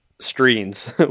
screens